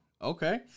Okay